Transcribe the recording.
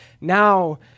now